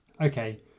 Okay